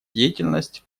деятельность